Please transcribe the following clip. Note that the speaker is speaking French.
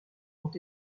ont